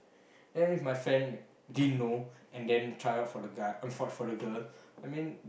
then if my friend didn't know and then try out for the guy for for the girl I mean